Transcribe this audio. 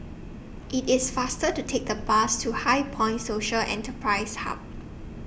IT IS faster to Take The Bus to HighPoint Social Enterprise Hub